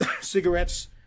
cigarettes